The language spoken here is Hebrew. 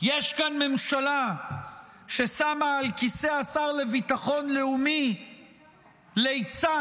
יש כאן ממשלה ששמה על כיסא השר לביטחון לאומי ליצן,